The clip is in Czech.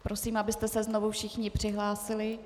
Prosím, abyste se znovu všichni přihlásili.